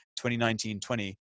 2019-20